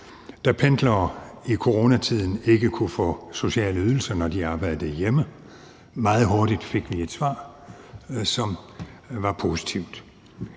da pendlere i coronatiden ikke kunne få sociale ydelser, når de arbejdede hjemme. Meget hurtigt fik vi et svar, som var positivt.